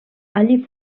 allí